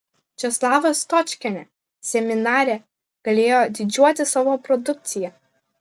česlava stočkienė seminare galėjo didžiuotis savo produkcija